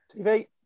TV